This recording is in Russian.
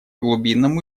глубинному